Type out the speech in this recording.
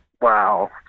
wow